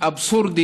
אבסורדי